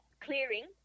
clearing